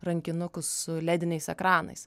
rankinukus su lediniais ekranais